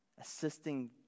Assisting